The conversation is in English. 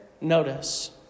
Notice